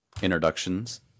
Introductions